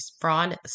fraud